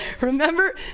Remember